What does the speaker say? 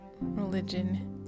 religion